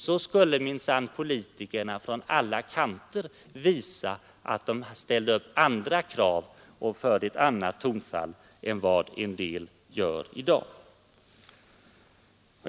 Då skulle minsann politikerna från alla kanter visa att de ställde andra krav och skulle anslå andra tonfall än vad en del gör i dag.